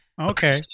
Okay